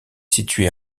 située